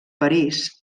parís